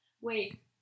wait